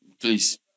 please